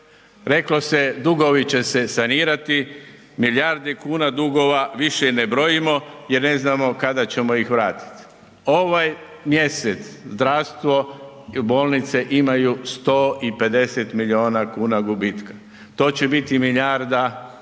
reklo se dugovi će se sanirati, milijardi kuna dugova više ih ne brojimo jer ne znamo kada ćemo ih vratiti. Ovaj mjesec zdravstvo, bolnice imaju 150 milijuna kuna gubitka, to će biti milijarda i pol